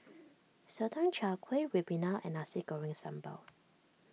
Sotong Char Kway Ribena and Nasi Goreng Sambal